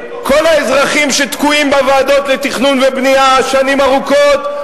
כל האזרחים שתקועים בוועדות לתכנון ובנייה שנים ארוכות,